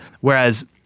whereas